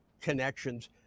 connections